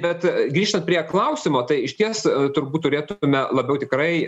bet grįžtant prie klausimo tai išties turbūt turėtume labiau tikrai